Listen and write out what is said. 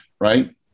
right